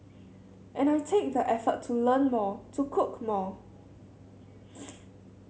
and I take the effort to learn more to cook more